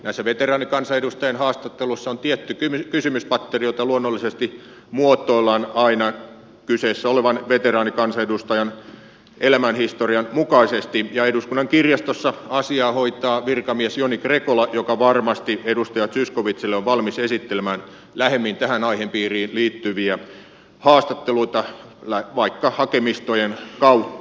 näissä veteraanikansanedustajien haastatteluissa on tietty kysymyspatteri jota luonnollisesti muotoillaan aina kyseessä olevan veteraanikansanedustajan elämänhistorian mukaisesti ja eduskunnan kirjastossa asiaa hoitaa virkamies joni krekola joka varmasti edustaja zyskowiczille on valmis esittelemään lähemmin tähän aihepiiriin liittyviä haastatteluita vaikka hakemistojen kautta